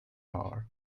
ore